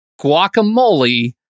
Guacamole